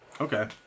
Okay